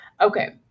okay